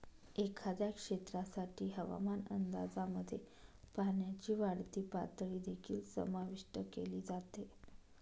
एखाद्या क्षेत्रासाठी हवामान अंदाजामध्ये पाण्याची वाढती पातळी देखील समाविष्ट केली जाते